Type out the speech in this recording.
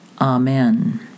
Amen